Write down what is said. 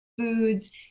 foods